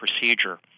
procedure